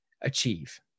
achieve